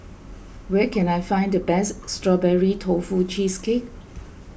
where can I find the best Strawberry Tofu Cheesecake